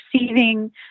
receiving